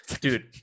dude